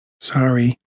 Sorry